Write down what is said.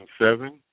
seven